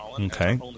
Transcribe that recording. Okay